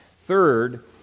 Third